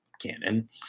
canon